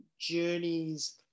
journeys